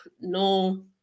no